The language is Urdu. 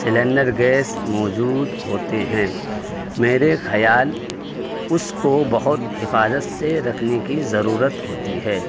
سلنڈر گیس موجود ہوتے ہیں میرے خیال اس کو بہت حفاظت سے رکھنے کی ضرورت ہوتی ہے